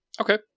Okay